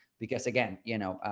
because again, you know,